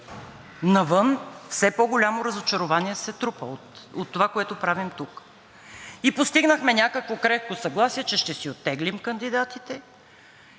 Навън все по-голямо разочарование се трупа от това, което правим тук. И постигнахме някакво крехко съгласие, че ще си оттеглим кандидатите